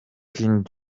king